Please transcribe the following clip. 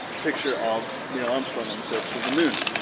picture of neil armstrong on the surface of the moon.